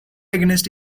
against